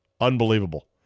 Unbelievable